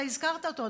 אתה הזכרת אותו,